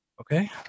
Okay